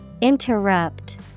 Interrupt